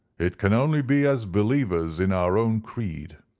it can only be as believers in our own creed.